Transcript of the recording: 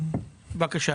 בבקשה.